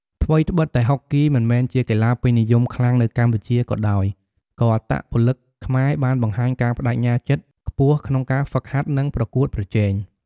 ថ្វីត្បិតតែហុកគីមិនមែនជាកីឡាពេញនិយមខ្លាំងនៅកម្ពុជាក៏ដោយ ក៏អត្តពលិកខ្មែរបានបង្ហាញការប្តេជ្ញាចិត្តខ្ពស់ក្នុងការហ្វឹកហាត់ និងប្រកួតប្រជែង។